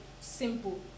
Simple